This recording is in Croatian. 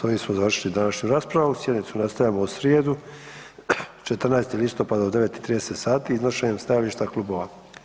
S ovim smo završili današnju raspravu, sjednicu nastavljamo u srijedu, 14. listopada u 9 i 30 sati iznošenjem stajališta klubova.